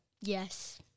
Yes